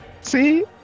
See